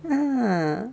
!huh!